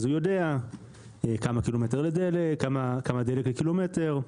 הוא יודע כמה דלק לקילומטר,